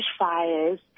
bushfires